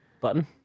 button